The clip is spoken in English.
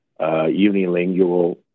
unilingual